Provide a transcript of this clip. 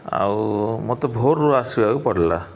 ଆଉ ମୋତେ ଭୋରରୁ ଆସିବାକୁ ପଡ଼ିଲା